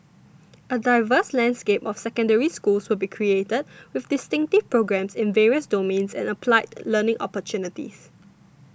a diverse landscape of Secondary Schools will be created with distinctive programmes in various domains and applied learning opportunities